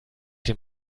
dem